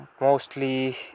mostly